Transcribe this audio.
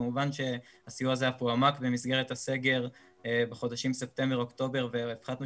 כמובן שהסיוע הזה אף הועמק במסגרת הסגר בחודשים ספטמבר-אוקטובר והפחתנו